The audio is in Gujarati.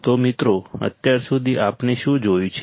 તો મિત્રો અત્યાર સુધી આપણે શું જોયું છે